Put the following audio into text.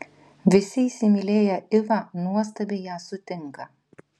visi įsimylėję ivą nuostabiai ją sutinka